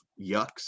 yucks